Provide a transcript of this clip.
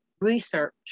research